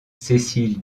cecil